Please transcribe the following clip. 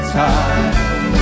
time